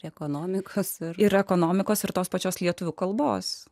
ir ekonomikos ir ekonomikos ir tos pačios lietuvių kalbos